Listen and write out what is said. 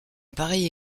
pareil